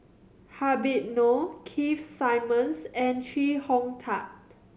Habib Noh Keith Simmons and Chee Hong Tat